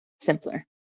simpler